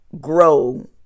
grow